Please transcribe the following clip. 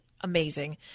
amazing